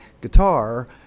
guitar